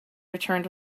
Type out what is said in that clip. returned